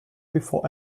before